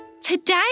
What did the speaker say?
Today